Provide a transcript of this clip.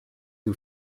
who